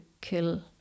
kill